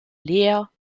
leer